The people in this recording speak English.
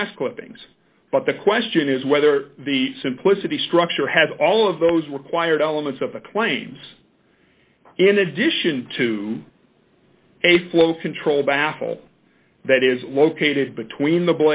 grass clippings but the question is whether the simplicity structure has all of those required elements of the claims in addition to a flow control baffle that is located between the